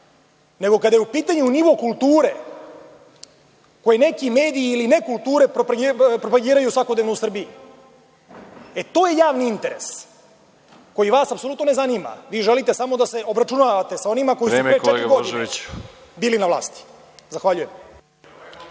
nego kada je u pitanju nivo kulture koje neki mediji ili nekulture propagiraju svakodnevno u Srbiji. E, to je javni interes koji vas apsolutno ne zanima. Vi želite samo da se obračunavate sa onima koji su te četiri godine bili na vlasti. Zahvaljujem.